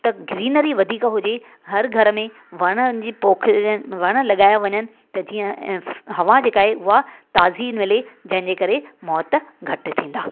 त ग्रीनरी वधीक हुजे हर घर में वण जी पोखजनि वण लॻायो वञनि त जीअं हवा जे करे उहा ताज़ी मिले जंहिंजे करे मौत घटि थींदा